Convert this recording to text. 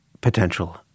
potential